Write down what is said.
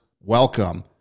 welcome